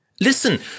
Listen